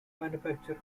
manufacture